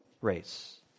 race